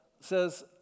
says